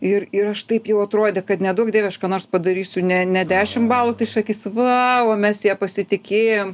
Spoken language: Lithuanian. ir ir aš taip jau atrodė kad neduok dieve aš ką nors padarysiu ne ne dešim balų tai šakys va o mes ja pasitikėjom